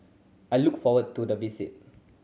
I look forward to the visit